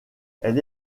elle